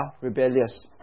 rebellious